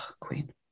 Queen